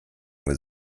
with